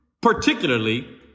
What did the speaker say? particularly